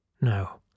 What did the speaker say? No